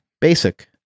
Basic